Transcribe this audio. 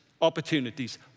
opportunities